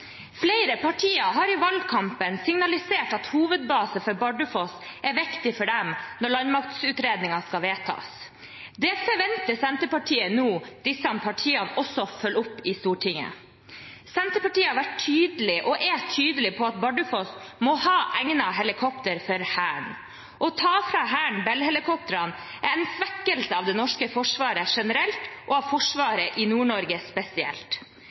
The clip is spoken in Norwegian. Flere partier har i valgkampen signalisert at hovedbase for Bardufoss er viktig for dem når landmaktutredningen skal vedtas. Senterpartiet forventer nå at disse partiene følger det opp i Stortinget. Senterpartiet har vært tydelig og er tydelig på at Bardufoss må ha egnede helikopter for Hæren. Å ta fra Hæren Bell-helikoptrene er en svekkelse av det norske Forsvaret generelt, og av Forsvaret i Nord-Norge spesielt.